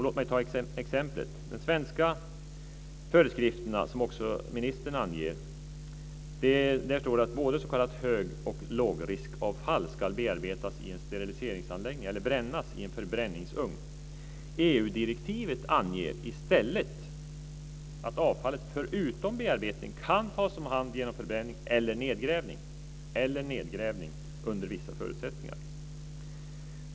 Låt mig ta ett exempel: De svenska föreskrifterna anger, liksom ministern gör, att både s.k. högoch s.k. lågriskavfall ska bearbetas i en steriliseringsanläggning eller brännas i en förbränningsugn. EU direktivet anger i stället att avfallet förutom bearbetning kan tas om hand genom förbränning eller nedgrävning under vissa förutsättningar.